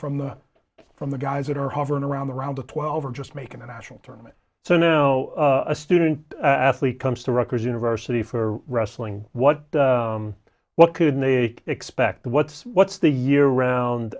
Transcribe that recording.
from the from the guys that are hovering around the around the twelve or just making the national tournaments so now a student athlete comes to rocker's university for wrestling what what could they expect the what's what's the year round